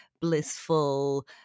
blissful